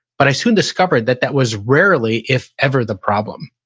but i soon discovered that that was rarely if ever the problem.